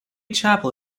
chapel